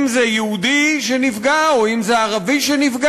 אם זה יהודי שנפגע או אם זה ערבי שנפגע,